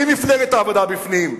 עם מפלגת העבודה בפנים,